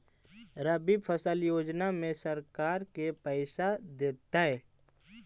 रबि फसल योजना में सरकार के पैसा देतै?